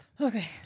Okay